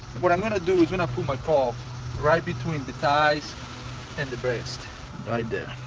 what i'm gonna do is gonna put my probe right between the thighs and the breast right there.